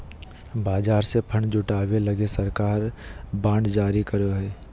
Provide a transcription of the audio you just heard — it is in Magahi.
बाजार से फण्ड जुटावे लगी सरकार बांड जारी करो हय